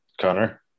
Connor